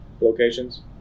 locations